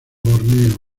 borneo